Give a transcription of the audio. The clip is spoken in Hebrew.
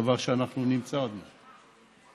דבר שאנחנו נתקענו בו.